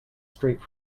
straight